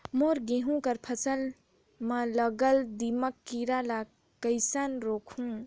मोर गहूं कर फसल म लगल दीमक कीरा ला कइसन रोकहू?